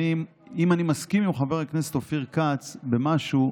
אם אני מסכים עם חבר הכנסת אופיר כץ במשהו,